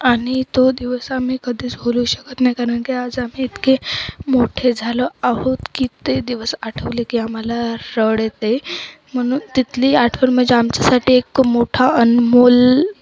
आणि तो दिवस आम्ही कधीच भुलू शकत नाही कारण की आज आम्ही इतके मोठे झालं आहोत की ते दिवस आठवले की आम्हाला रडू येते म्हणून तिथली आठवण म्हणजे आमच्यासाठी एक मोठा अनमोल